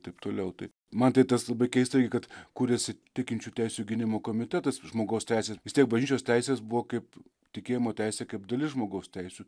taip toliau tai man tai tas labai keista irgi kad kūrėsi tikinčių teisių gynimo komitetas žmogaus teisės vis tiek bažnyčios teisės buvo kaip tikėjimo teisė kaip dalis žmogaus teisių